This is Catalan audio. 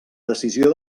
decisió